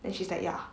then she's like ya